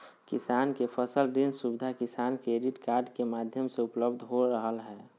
किसान के फसल ऋण सुविधा किसान क्रेडिट कार्ड के माध्यम से उपलब्ध हो रहल हई